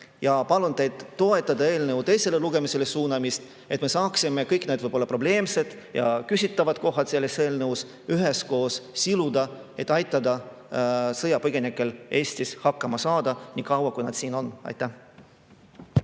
Palun teid toetada eelnõu teisele lugemisele suunamist, et me saaksime kõik need võib-olla probleemsed ja küsitavad kohad selles eelnõus üheskoos ära siluda, et aidata sõjapõgenikel Eestis hakkama saada, niikaua kui nad siin on. Aitäh!